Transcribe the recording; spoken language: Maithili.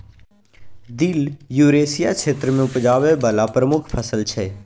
दिल युरेसिया क्षेत्र मे उपजाबै बला प्रमुख फसल छै